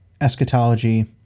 eschatology